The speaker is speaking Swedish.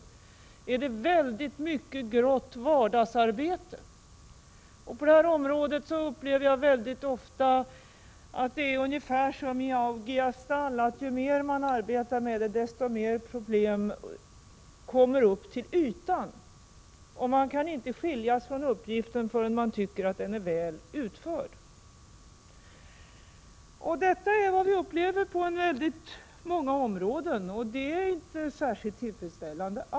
Jag upplever väldigt ofta att det på detta område ungefär är som i Augias stall, dvs. att ju mer man arbetar, desto mer problem kommer upp till ytan. Man kan inte skiljas från uppgiften förrän man tycker att den är väl utförd. Detta upplever vi på många områden. Det är inte alls särskilt tillfredsställande.